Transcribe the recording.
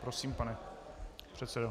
Prosím, pane předsedo.